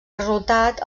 resultat